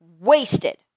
Wasted